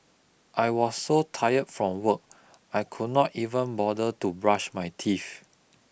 I was so tired from work I could not even bother to brush my teeth